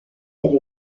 elle